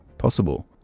possible